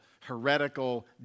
heretical